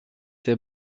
tes